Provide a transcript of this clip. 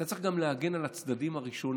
אתה צריך גם להגן על צדדים שלישיים,